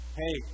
hey